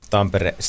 Tampere